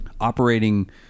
operating